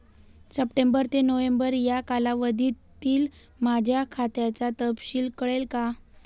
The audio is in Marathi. सप्टेंबर ते नोव्हेंबर या कालावधीतील माझ्या खात्याचा तपशील कळेल का?